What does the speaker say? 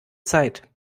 zeit